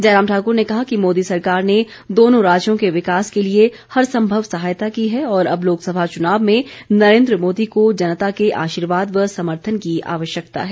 जयराम ठाकुर ने कहा कि मोदी सरकार ने दोनों राज्यों के विकास के लिए हर संभव सहायता की है और अब लोकसभा चुनाव में नरेन्द्र मोदी को जनता के आशीर्वाद व समर्थन की आवश्यकता है